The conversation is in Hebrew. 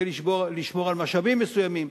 כדי לשמור על משאבים מסוימים,